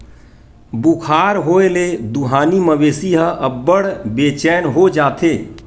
बुखार होए ले दुहानी मवेशी ह अब्बड़ बेचैन हो जाथे